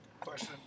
Question